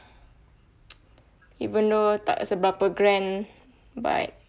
even though tak seberapa grand but